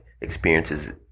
experiences